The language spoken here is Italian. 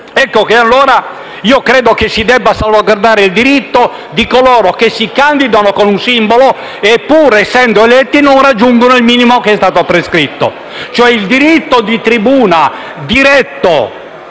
Credo allora che si debba salvaguardare il diritto di coloro che si candidano con un simbolo e, pur essendo eletti, non raggiungono il minimo che è stato prescritto. Il diritto di tribuna diretto